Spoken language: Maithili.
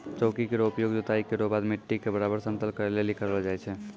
चौकी केरो उपयोग जोताई केरो बाद मिट्टी क बराबर समतल करै लेलि करलो जाय छै